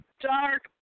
dark